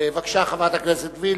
בבקשה, חברת הכנסת עינת וילף.